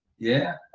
yeah